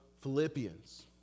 philippians